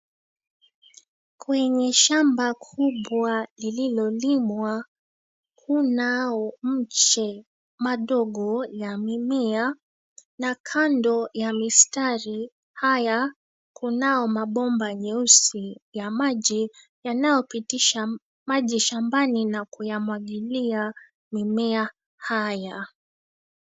Kwenye shamba kubwa lililolimwa kunao mche madogo ya mimea, na kando ya mistari haya kunao mabomba meusi ya maji, yanayopitisha maji shambani na kuyamwangilia mimea haya.